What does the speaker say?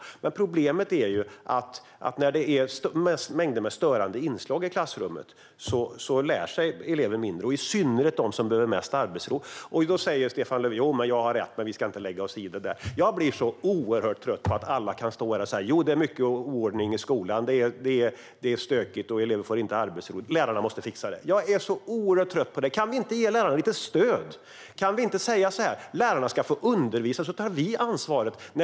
Problemet är att när det är mängder med störande inslag i klassrummet lär sig eleven mindre, i synnerhet de som mest behöver arbetsro. Stefan Löfven säger att jag har rätt men att vi inte ska lägga oss i det. Jag blir så oerhört trött på att alla kan stå här och säga att jo, det är mycket oordning i skolan, det är stökigt och elever får inte arbetsro, men lärarna måste fixa det. Jag är så oerhört trött på det! Kan vi inte ge lärarna lite stöd? Kan vi inte säga att lärarna ska få undervisa, så tar vi ansvaret?